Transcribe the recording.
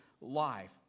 life